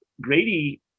grady